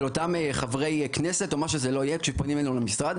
אותם חברי כנסת או מה שזה לא יהיה כשפונים אלינו למשרד.